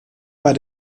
bei